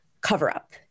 cover-up